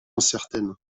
incertaine